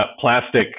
plastic